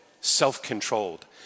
self-controlled